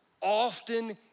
often